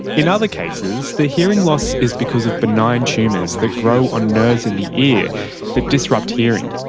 in other cases, the hearing loss is because of benign tumours that grow on nerves in the ear that disrupt hearing.